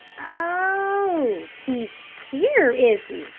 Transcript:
oh, he's here, is he?